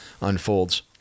unfolds